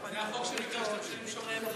בינתיים?